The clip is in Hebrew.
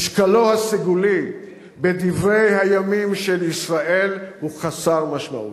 משקלו הסגולי בדברי הימים של ישראל הוא חסר משמעות.